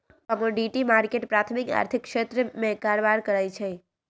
commodity market प्राथमिक आर्थिक क्षेत्र में कारबार करै छइ